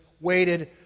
waited